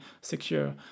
secure